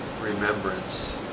remembrance